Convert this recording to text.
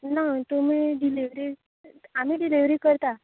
ना तुमी डिलिवरी आमी डिलिवरी करता